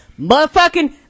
motherfucking